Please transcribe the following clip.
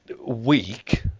weak